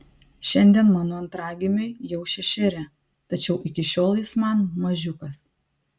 šiandien mano antragimiui jau šešeri tačiau iki šiol jis man mažiukas